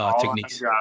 techniques